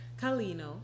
kalino